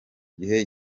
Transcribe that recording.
gihe